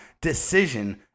decision